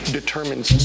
determines